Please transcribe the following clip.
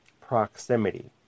proximity